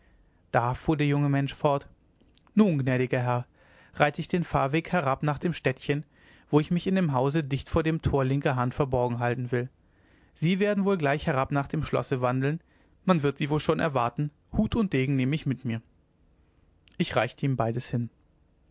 da fuhr der junge mensch fort nun gnädiger herr reite ich den fahrweg herab nach dem städtchen wo ich mich in dem hause dicht vor dem tor linker hand verborgen halten will sie werden wohl gleich herab nach dem schlosse wandeln man wird sie wohl schon erwarten hut und degen nehme ich mit mir ich reichte ihm beides hin